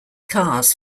cars